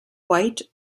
white